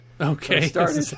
okay